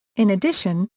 in addition,